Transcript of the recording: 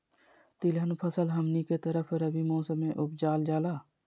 तिलहन फसल हमनी के तरफ रबी मौसम में उपजाल जाला